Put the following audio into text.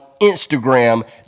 Instagram